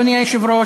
אדוני היושב-ראש,